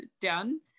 done